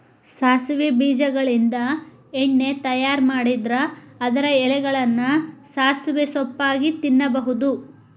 ಸಾಸವಿ ಬೇಜಗಳಿಂದ ಎಣ್ಣೆ ತಯಾರ್ ಮಾಡಿದ್ರ ಅದರ ಎಲೆಗಳನ್ನ ಸಾಸಿವೆ ಸೊಪ್ಪಾಗಿ ತಿನ್ನಬಹುದು